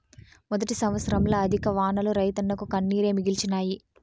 మొదటి సంవత్సరంల అధిక వానలు రైతన్నకు కన్నీరే మిగిల్చినాయి